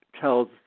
tells